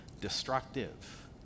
destructive